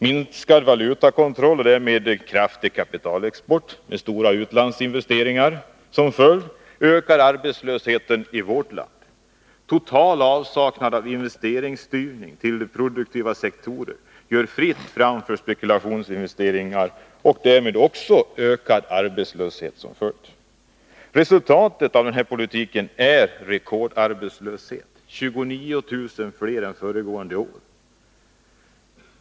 Minskad valutakontroll och därmed kraftig kapitalexport med stora utlandsinvesteringar som följd ökar arbetslösheten i vårt land. Total avsaknad av investeringsstyrning till produktiva sektorer gör fritt fram för spekulationsinvesteringar och därav följer också ökad arbetslöshet. Resultatet av den här politiken är rekordarbetslöshet, 29000 fler arbetslösa än föregående år.